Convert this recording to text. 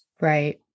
Right